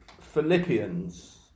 Philippians